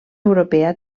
europea